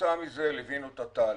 כתוצאה מזה, ליווינו את התהליך.